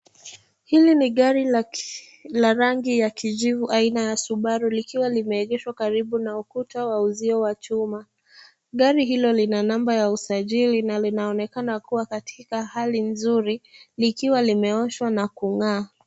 Hili ni gari la rangi ya kijivu aina ya subaru likiwa limeegeshwa karibu na ukuta wa uzio wa chuma. Gari hilo lina nambari ya usajili na linaonekana kuwa katika hali nzuri likiwa limeoshwa na kung'aa.